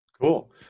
Cool